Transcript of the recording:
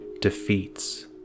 defeats